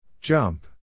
Jump